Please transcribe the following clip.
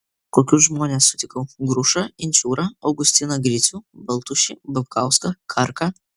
kokius žmones sutikau grušą inčiūrą augustiną gricių baltušį babkauską karką